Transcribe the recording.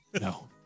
No